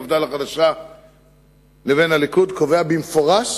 מפד"ל החדשה לבין הליכוד קובע במפורש